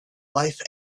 life